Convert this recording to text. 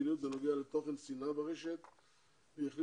מדיניות בנוגע לתוכן שנאה ברשת והחליטו